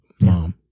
mom